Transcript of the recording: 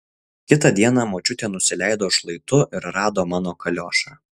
kitą dieną močiutė nusileido šlaitu ir rado mano kaliošą